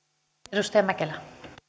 arvoisa